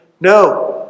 no